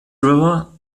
river